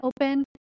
open